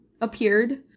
appeared